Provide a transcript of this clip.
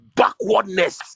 backwardness